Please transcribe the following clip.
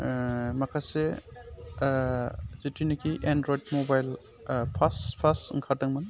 माखासे जिथुनिखि android mobile fast fast ओंखारदोंमोन